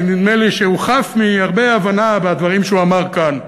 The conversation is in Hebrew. כי נדמה לי שהוא חף מהרבה הבנה בדברים שהוא אמר כאן,